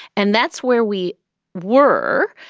and that's where we were.